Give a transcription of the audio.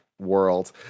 world